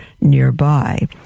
nearby